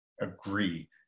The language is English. agree